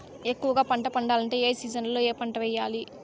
ఎక్కువగా పంట పండాలంటే ఏ సీజన్లలో ఏ పంట వేయాలి